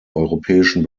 europäischen